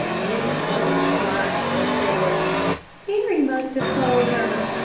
mrs. morris smiled, and said, barry must have told her,